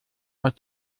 aus